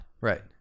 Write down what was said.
Right